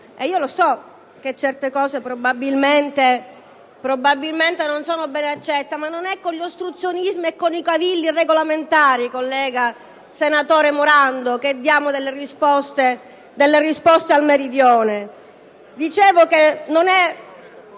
*(PdL)*. So che certi argomenti probabilmente non sono ben accetti, ma non è con l'ostruzionismo e con i cavilli regolamentari, senatore Morando, che diamo risposte al Meridione.